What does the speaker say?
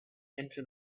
into